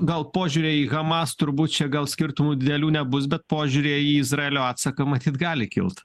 gal požiūryje į hamas turbūt čia gal skirtumų didelių nebus bet požiūryje į izraelio atsaką matyt gali kilt